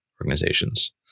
organizations